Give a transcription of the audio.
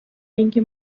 اینکه